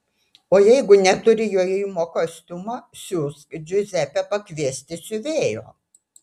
o jeigu neturi jojimo kostiumo siųsk džiuzepę pakviesti siuvėjo